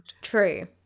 True